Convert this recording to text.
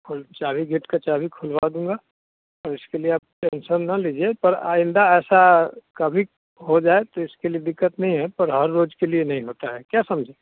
खोल चाबी गेट की चाबी खुलवा दूँगा और इसके लिए आप टेंसन ना लीजिए पर आइंदा ऐसा कभी हो जाए तो इसके लिए दिक्कत नहीं है पर हर रोज़ के लिए नहीं होता है क्या समझे